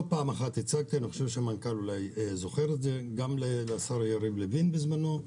לא פעם הצעתי כמה פעמים, גם לשר יריב לוין בזמנו,